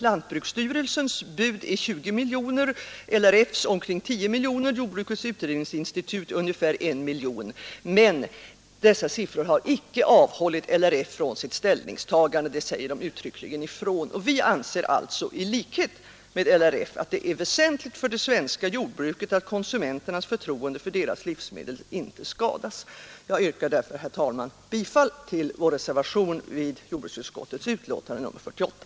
Lantbruksstyrelsens bud är 20 miljoner kronor, LRF:s omkring 10 miljoner kronor och jordbrukets utredningsinstituts ungefär 1 miljon kronor, men dessa siffror har inte avhållit LRF från att göra sitt ställningstagande, och det sägs uttryckligen ifrån. Vi anser alltså, i likhet med LRF, att det är jordbruket att konsumenternas förtroende för deras livsmedel inte skadas. Jag yrkar därför, herr talman, bifall till vår reservation vid jordbruksutskottets betänkande nr 48.